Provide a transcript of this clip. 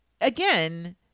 again